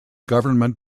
government